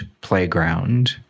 playground